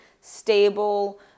stable